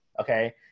Okay